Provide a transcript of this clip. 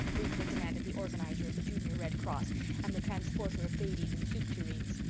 briefly demanded the organizer of the junior red cross and the transporter of babies in soup tureens.